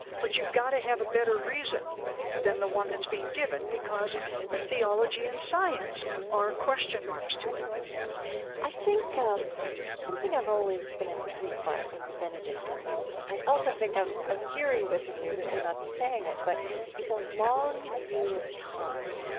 but you've got to have a better reason than the one that's being given, because theology and science are question marks to it i think um something i've always been intrigued by in benedictines i also think i'm i'm hearing this in you but you're not saying it, but is a long view of time,